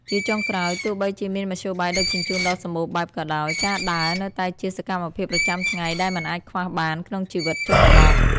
ជាចុងក្រោយ ទោះបីជាមានមធ្យោបាយដឹកជញ្ជូនដ៏សម្បូរបែបក៏ដោយ ការដើរ នៅតែជាសកម្មភាពប្រចាំថ្ងៃដែលមិនអាចខ្វះបានក្នុងជីវិតជនបទ។